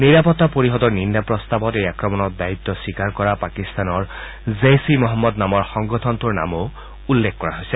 নিৰাপত্তা পৰিষদৰ নিন্দা প্ৰস্তাৱত এই আক্ৰমণৰ দায়িত্ব স্বীকাৰ কৰা পাকিস্তানৰ জইচ ই মহম্মদ নামৰ সংগঠনটোৰ নামো উল্লেখ কৰা হৈছে